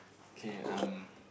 okay um